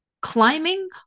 Climbing